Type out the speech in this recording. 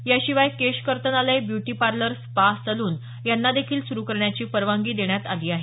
याशिवाय केश कर्तनालय ब्युटी पार्लर स्पा सलून यांना देखील सुरू करण्याची परवानगी दिली आहे